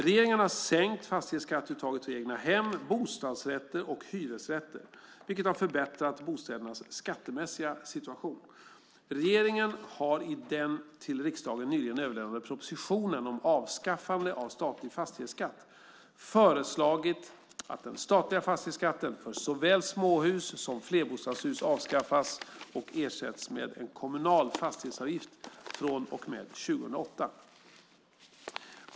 Regeringen har sänkt fastighetsskatteuttaget för egnahem, bostadsrätter och hyresrätter, vilket har förbättrat bostädernas skattemässiga situation. Regeringen har i den till riksdagen nyligen överlämnade propositionen om avskaffande av statlig fastighetsskatt föreslagit att den statliga fastighetsskatten för såväl småhus som flerbostadshus avskaffas och ersätts med en kommunal fastighetsavgift från och med 2008.